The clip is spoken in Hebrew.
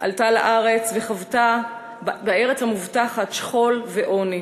עלתה לארץ וחוותה בארץ המובטחת שכול ועוני.